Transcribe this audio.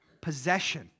possession